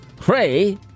Cray